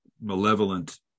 malevolent